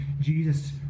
jesus